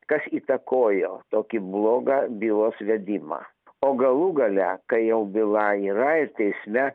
kas įtakojo tokį blogą bylos vedimą o galų gale kai jau byla yra ir teisme